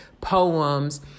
poems